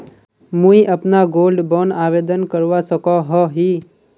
मुई अपना gold bond आवेदन करवा सकोहो ही?